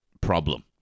problem